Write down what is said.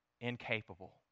incapable